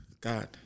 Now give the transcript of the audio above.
God